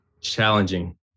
Challenging